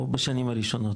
או בשנים הראשונות,